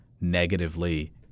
negatively